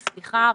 וסליחה,